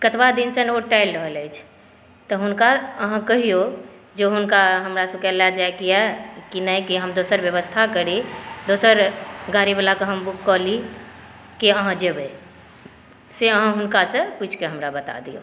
कतबा दिनसे नौत टलि रहल अछि तऽ हुनका अहाँ कहिऔ जे हुनका हमरा सभकेँ लए जाएके यऽ कि नहि कि हम दोसर व्यवस्था करी दोसर गाड़ीवलाके हम बुक कऽ ली कि अहाँ जेबै से अहाँ हुनका से पुछि कऽ हमरा बता दिअ